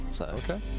Okay